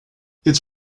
its